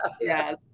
yes